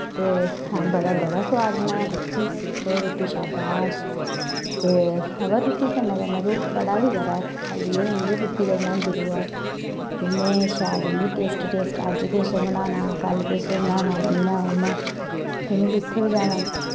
ते बड़ा बड़ा सोआद बना दा बच्ची तूं रुट्टी शाबाश ते अवा रुट्टी कन्नै कन्नै तूं पढ़ा बी करा कर खाल्ली एह् गै नेईं केह् रुट्टी गै बनांदी र'वा कर ते में शैल इन्नी टेस्टी टेस्टी अज्ज किश बनाना कल किश बनाना इ'यां उ'आं ते में जित्थै बी जाना